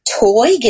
toy